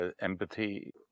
empathy